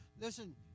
listen